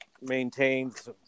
maintains